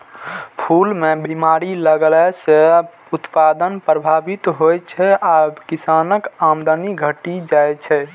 फूल मे बीमारी लगला सं उत्पादन प्रभावित होइ छै आ किसानक आमदनी घटि जाइ छै